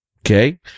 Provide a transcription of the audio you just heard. Okay